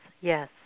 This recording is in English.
yes